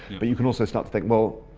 but you can also start to think, well,